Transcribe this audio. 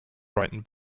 brighton